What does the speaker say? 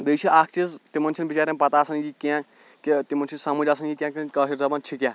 بیٚیہِ چھُ اکھ چیٖز تِمن چھُنہٕ بِچارین پَتہ آسان یہِ کیٚنٛہہ کہِ تِمن چھُنہٕ سمجھ آسان یہِ کیٚنٛہہ کہِ کٲشِر زَبان چھِ کیٛاہ